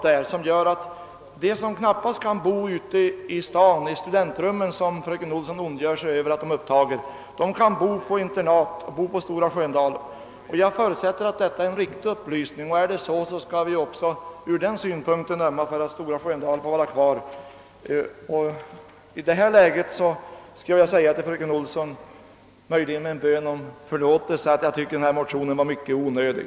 Fröken Olsson ondgjorde sig över att studentrummen blivit upptagna, men de som med svårighet kan utnyttja dessa rum skulle i stället kunna bo i internat på Stora Sköndal. Jag förutsätter att detta är en riktig upplysning. Under sådana förhållanden bör vi också ömma för Stora Sköndals fortsatta existens. Med hänsyn till det föreliggande läget måste jag säga — möjligen med en bön om förlåtelse — att fröken Olssons motion var synnerligen onödig.